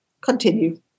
continue